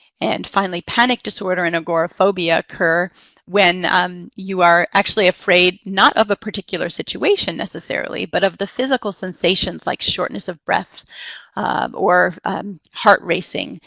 and finally, panic disorder and agoraphobia occur when um you are actually afraid not of a particular situation necessarily, but of the physical sensations, like shortness of breath or heart racing.